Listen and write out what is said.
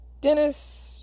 Dennis